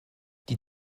die